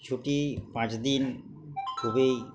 ছুটি পাঁচ দিন খুবই